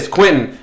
Quentin